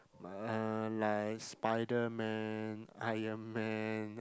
uh like Spider Man Iron Man